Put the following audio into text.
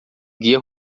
guia